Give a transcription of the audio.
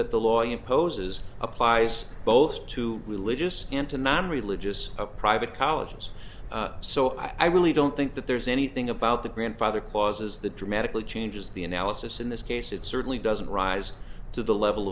that the law imposes applies both to religious and to non religious of private colleges so i really don't think that there's anything about the grandfather clauses that dramatically changes the analysis in this case it certainly doesn't rise to the level